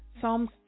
Psalms